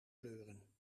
kleuren